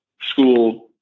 school